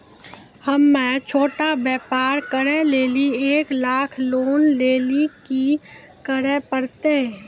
हम्मय छोटा व्यापार करे लेली एक लाख लोन लेली की करे परतै?